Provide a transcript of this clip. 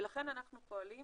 לכן אנחנו פועלים